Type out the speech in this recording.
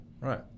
Right